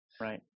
Right